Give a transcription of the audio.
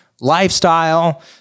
lifestyle